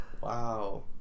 wow